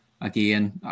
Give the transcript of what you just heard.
again